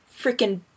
freaking